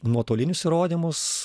nuotolinius įrodymus